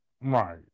Right